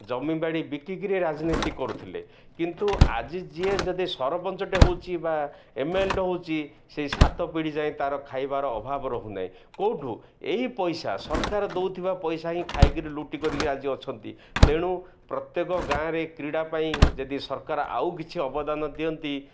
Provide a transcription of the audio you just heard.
ଜମିିବାଡ଼ି ବିକ୍ରି ରାଜନୀତି କରୁଥିଲେ କିନ୍ତୁ ଆଜି ଯିଏ ଯଦି ସରପଞ୍ଚଟେ ହେଉଛି ବା ଏମ୍ଏଲ୍ଟେ ହେଉଛି ସେଇ ସାତ ପିଢ଼ି ଯାଏ ତାର ଖାଇବାର ଅଭାବ ରହୁନାହିଁ କେଉଁଠୁ ଏଇ ପଇସା ସରକାର ଦଉଥିବା ପଇସା ହିଁ ଖାଇକିରି ଲୁଟି କରିକିରି ଆଜି ଅଛନ୍ତି ତେଣୁ ପ୍ରତ୍ୟେକ ଗାଁରେ କ୍ରୀଡ଼ା ପାଇଁ ଯଦି ସରକାର ଆଉ କିଛି ଅବଦାନ ଦିଅନ୍ତି